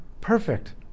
Perfect